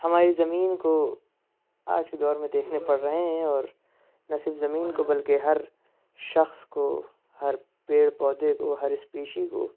ہماری زمین کو آج کے دور میں دیکھنے پڑ رہے ہیں اور نہ صرف زمین کو بالکہ ہر شخص کو ہر پیڑ پودے کو ہر اسپیشی کو